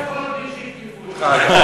אתה לא יכול בלי שיתקפו אותך.